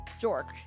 Jork